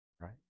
right